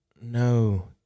No